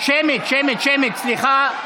בעד ניר אורבך, אינו נוכח